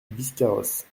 biscarrosse